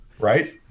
right